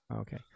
okay